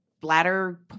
bladder